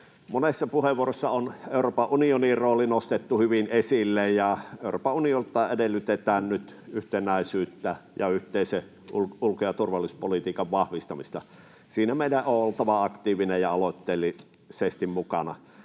Monessa puheenvuorossa on Euroopan unionin rooli nostettu hyvin esille, ja Euroopan unionilta edellytetään nyt yhtenäisyyttä ja yhteisen ulko- ja turvallisuuspolitiikan vahvistamista. Siinä meidän on oltava aktiivinen ja aloitteellisesti mukana.